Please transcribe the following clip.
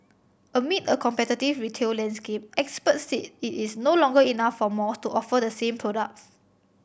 amid a competitive retail landscape experts said it is no longer enough for malls to offer the same product